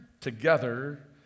together